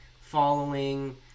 following